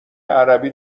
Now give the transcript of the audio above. عربی